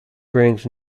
brings